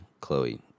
Chloe